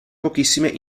pochissime